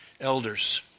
Elders